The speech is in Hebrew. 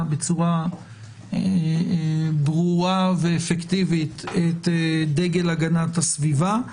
בצורה ברורה ואפקטיבית את דגל הגנת הסביבה,